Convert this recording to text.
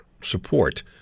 support